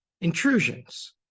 intrusions